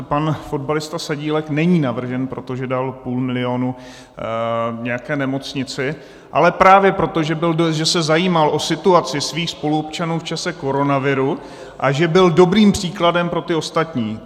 Pan fotbalista Sadílek není navržen proto, že dal půl milionu nějaké nemocnici, ale právě proto, že se zajímal o situaci svých spoluobčanů v čase koronaviru a že byl dobrým příkladem pro ty ostatní.